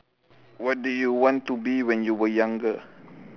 what do you want to be when you are younger